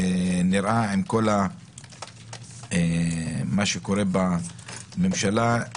ועם כל מה שקורה בממשלה,